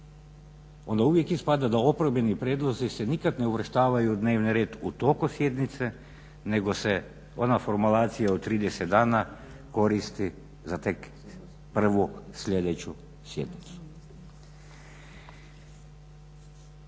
onda uvijek ispada da oporbeni prijedlozi se nikad ne uvrštavaju u dnevni red u toku sjednice nego se ona formulacija od 30 dana koristi za tek prvu sljedeću sjednicu.